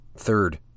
Third